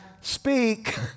speak